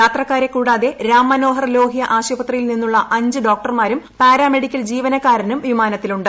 യാത്രക്കാരെ കൂടാതെ രാംമനോഹർ ലോഹ്യ ആശുപത്രിയിൽ നിന്നുള്ള അഞ്ച് ഡോക്ടർമാരും പാരാമെഡിക്കൽ ജീവനക്കാരനും വിമാനത്തിലുണ്ട്